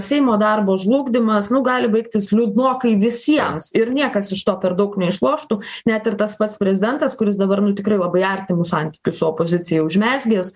seimo darbo žlugdymas nu gali baigtis liūdnokai visiems ir niekas iš to per daug neišloštų net ir tas pats prezidentas kuris dabar nu tikrai labai artimus santykius su opozicija užmezgęs